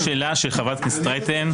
לגבי השאלה של חברת הכנסת רייטן,